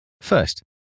First